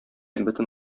бөтен